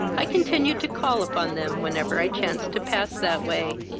i continued to call upon them whenever i chanced to pass that way,